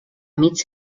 mig